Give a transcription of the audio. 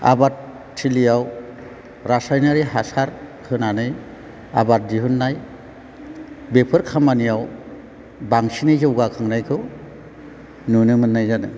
आबादथिलियाव रासायनारि हासार होनानै आबाद दिहुननाय बेफोर खामानियाव बांसिनै जौगाखांनायखौ नुनो मोननाय जादों